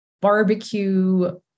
barbecue